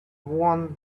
won